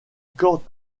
corde